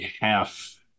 half